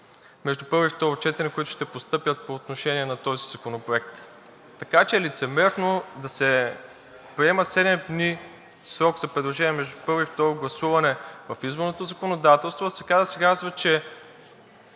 между първо и второ четене, които ще постъпят по отношение на този законопроект. Така че е лицемерно да се приема 7 дни срок за предложения между първо и второ гласуване в изборното законодателство, а да се казва, че